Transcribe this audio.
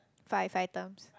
five items